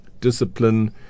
Discipline